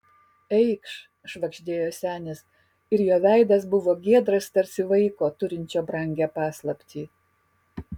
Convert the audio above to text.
eikš švagždėjo senis ir jo veidas buvo giedras tarsi vaiko turinčio brangią paslaptį